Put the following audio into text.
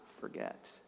forget